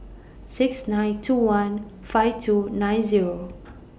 six nine two one five two nine Zero